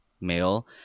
male